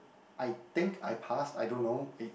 I think I pass I don't know I